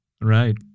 Right